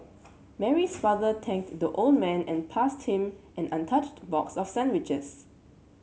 Mary's father tanked the old man and passed him an untouched box of sandwiches